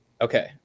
Okay